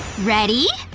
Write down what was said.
ready?